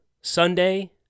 Sunday